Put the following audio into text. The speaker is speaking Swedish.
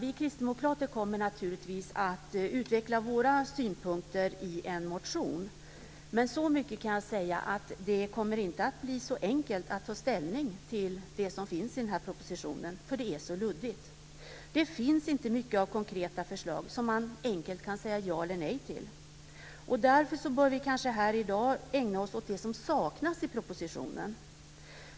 Vi kristdemokrater kommer naturligtvis att utveckla våra synpunkter i en motion, men så mycket kan jag säga att det inte kommer att bli enkelt att ta ställning till det som finns i den här propositionen, för det är så luddigt. Det finns inte mycket av konkreta förslag som man enkelt kan säga ja eller nej till. Därför bör vi kanske här i dag ägna oss åt det som saknas i propositionen.